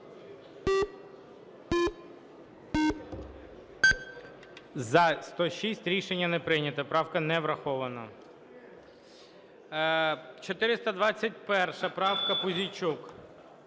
За-106 Рішення не прийнято. Правка не врахована. 421 правка, Пузійчук.